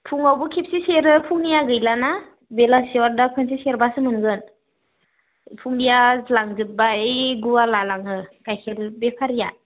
फुङावबो खेबसे सेरो फुंनिया गैला ना बेलासेयाव आरो दा खोनसे सेरब्लासो मोनगोन फुंनिया लांजोब्बाय ओइ गुवाला लाङो गाइखेर बेफारिया